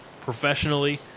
professionally